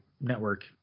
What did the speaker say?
Network